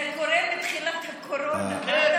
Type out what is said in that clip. זה קורה מתחילת הקורונה.